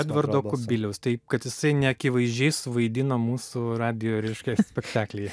edvardo kubiliaus taip kad jisai neakivaizdžiais suvaidino mūsų radijo reiškia spektaklyje